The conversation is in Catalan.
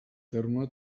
terme